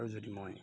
আৰু যদি মই